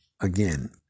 Again